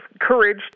courage